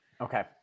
Okay